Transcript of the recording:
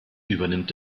übernimmt